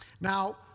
Now